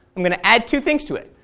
i'm going to add two things to it.